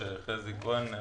חזי כהן,